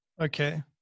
Okay